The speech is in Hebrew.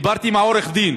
דיברתי עם העורך דין.